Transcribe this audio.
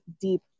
deep